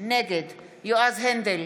נגד יועז הנדל,